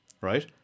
right